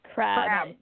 Crab